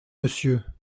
monsieur